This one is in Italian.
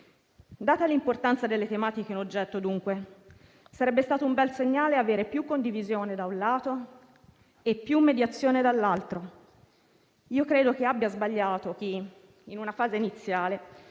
Data l'importanza delle tematiche in oggetto, dunque, sarebbe stato un bel segnale avere maggiore condivisione da un lato e più mediazione dall'altro. Credo che abbia sbagliato chi, in una fase iniziale,